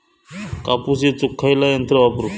कापूस येचुक खयला यंत्र वापरू?